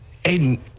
Aiden